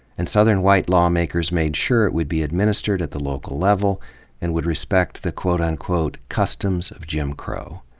and southern white lawmakers made sure it would be administered at the local level and would respect the quote-unquote customs of jim crow.